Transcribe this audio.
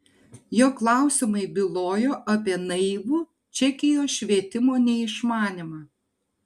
jos klausimai bylojo apie naivų čekijos švietimo neišmanymą